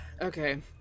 okay